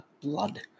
blood